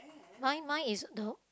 mine mine is the